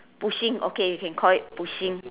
pushing okay you can call it pushing